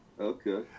Okay